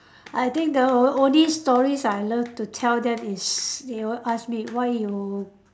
I think the o~ only stories I love to tell them is they will ask me why you